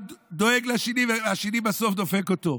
אחד דואג לשני, והשני בסוף דופק אותו.